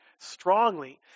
strongly